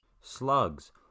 Slugs